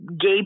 gay